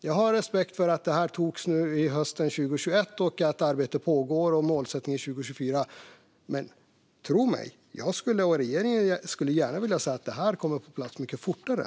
Jag har respekt för att det togs beslut om det här under hösten 2021 och att arbete pågår med målsättningen 2024. Men tro mig! Jag och regeringen skulle gärna se att det här kommer på plats mycket fortare.